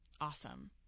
Awesome